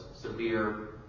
severe